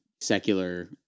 secular